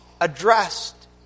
addressed